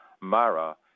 Mara